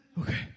Okay